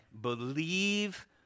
believe